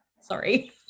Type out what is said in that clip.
sorry